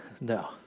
No